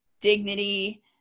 dignity